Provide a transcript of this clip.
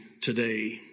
today